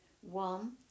one